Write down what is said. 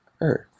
Earth